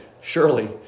surely